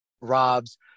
Rob's